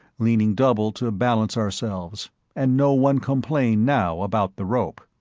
leaning double to balance ourselves and no one complained now about the rope.